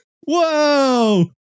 Whoa